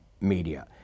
media